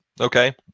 Okay